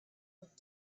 went